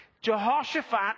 Jehoshaphat